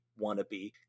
wannabe